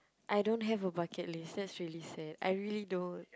I don't have a bucket list that's really sad I really don't